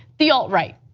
the alt right.